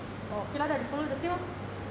oh okay lah then I follow the same lah